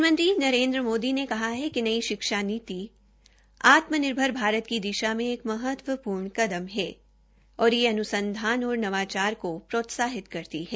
प्रधानमंत्री नरेन्द्र मोदी ने कहा है कि नई शिक्षा नीति आत्मनिर्भर भारत की दिशा मे एक महत्वपूर्ण कदम है और यह अन्संधान और नवाचार को प्रोत्साहित करती है